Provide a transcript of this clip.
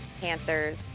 Panthers